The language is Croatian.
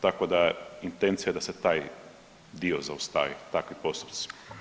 Tako da je intencija da se taj dio zaustavi, takvi postupci.